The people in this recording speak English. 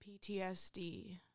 PTSD